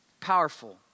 Powerful